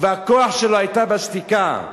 והכוח שלו היה בשתיקה.